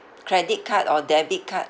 credit card or debit card